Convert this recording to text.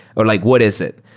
or like what is it?